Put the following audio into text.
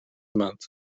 month